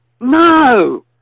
No